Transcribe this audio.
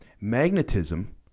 magnetism